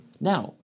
Now